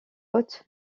haute